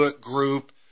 group